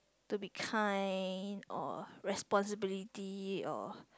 to be kind or responsibility or